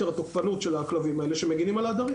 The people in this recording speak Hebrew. התוקפנות של הכלבים האלה שמגנים על העדרים.